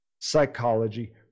psychology